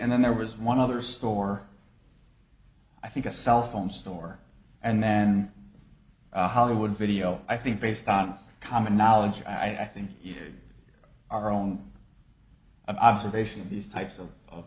and then there was one other store i think a cell phone store and then hollywood video i think based on common knowledge i think our own observation of these types of